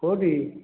କେଉଁଠି